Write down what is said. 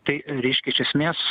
tai reiškia iš esmės